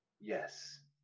Yes